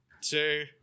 two